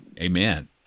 Amen